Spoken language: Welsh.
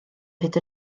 hyd